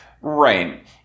Right